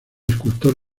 escultor